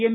M